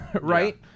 right